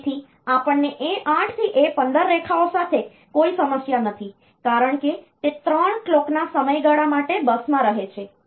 તેથી આપણને A8 થી A15 રેખાઓ સાથે કોઈ સમસ્યા નથી કારણ કે તે 3 કલોકના સમયગાળા માટે બસમાં રહે છે